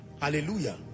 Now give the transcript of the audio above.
Hallelujah